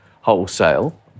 wholesale